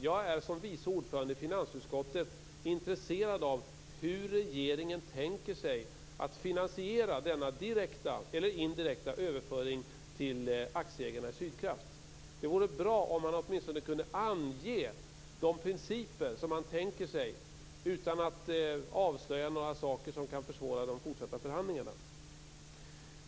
Jag är som vice ordförande i finansutskottet intresserad av hur regeringen tänker sig att finansiera denna direkta eller indirekta överföring till aktieägarna i Sydkraft. Det vore bra om man åtminstone kunde ange de principer som tänker sig, utan att avslöja några saker som kan försvåra de fortsatta förhandlingarna.